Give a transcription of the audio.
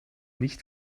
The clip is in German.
nicht